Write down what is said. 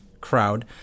crowd